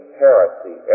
heresy